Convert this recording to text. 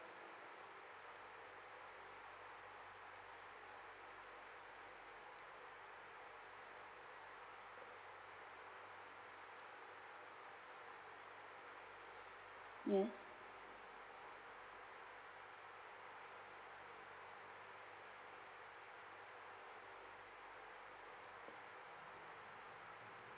yes okay